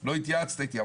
לא התייעצת איתי.